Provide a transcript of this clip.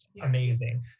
Amazing